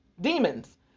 demons